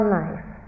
life